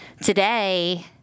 today